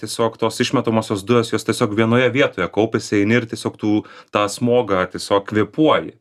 tiesiog tos išmetamosios dujos jos tiesiog vienoje vietoje kaupiasi eini ir tiesiog tų tą smogą tiesiog kvėpuoji